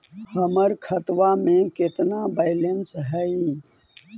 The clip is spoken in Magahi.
हमर खतबा में केतना बैलेंस हई?